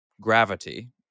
gravity